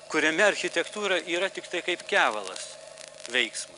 kuriame architektūra yra tiktai kaip kevalas veiksmo